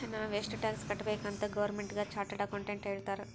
ನಾವ್ ಎಷ್ಟ ಟ್ಯಾಕ್ಸ್ ಕಟ್ಬೇಕ್ ಅಂತ್ ಗೌರ್ಮೆಂಟ್ಗ ಚಾರ್ಟೆಡ್ ಅಕೌಂಟೆಂಟ್ ಹೇಳ್ತಾರ್